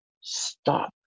Stop